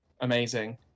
Amazing